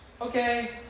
Okay